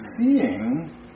seeing